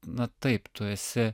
na taip tu esi